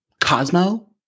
cosmo